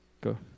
Go